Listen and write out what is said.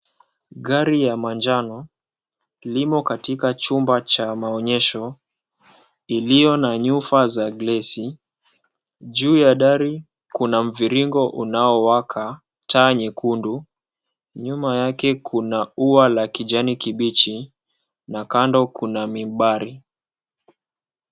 Gari ya manjano limo katika chumba cha maonyesho iliyo na nyufa za glesi. Juu ya dari kuna mviringo unaowaka taa nyekundu, nyuma yake kuna ua la kijani kibichi na kando kuna mibari.